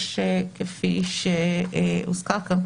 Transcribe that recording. כפי שהוזכר כאן,